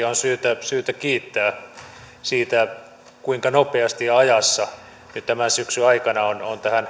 on syytä kiittää siitä kuinka nopeasti ja ajassa tämän syksyn aikana on